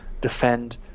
defend